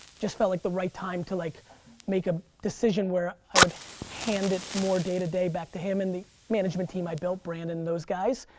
just felt like the right time to like make a decision where i would hand it more day to day back to him and the management team i built, brandon and those guys.